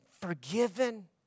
forgiven